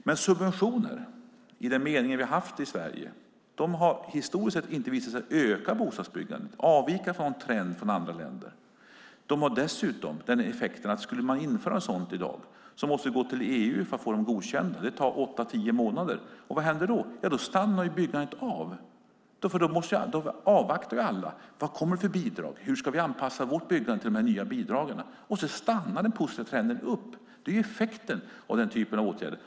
Men subventioner, i den mening vi har haft sådana i Sverige, har historiskt sett inte visat sig öka bostadsbyggandet och få oss att avvika från någon trend i andra länder. De har dessutom effekten att om man skulle införa sådana i dag måste vi gå till EU för att få dem godkända, vilket tar åtta till tio månader. Och vad händer då? Då stannar byggandet av. Då avvaktar alla och undrar: Vad kommer det för bidrag? Hur ska vi anpassa vårt byggande till de nya bidragen? Den positiva trenden stannar upp. Det är effekten av denna typ av åtgärder.